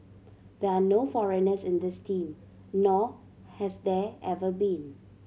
there are no foreigners in this team nor has there ever been